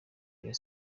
rayon